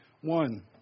one